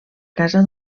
casa